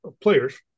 players